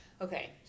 okay